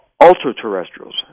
ultra-terrestrials